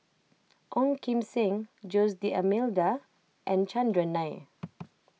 Ong Kim Seng Jose D'Almeida and Chandran Nair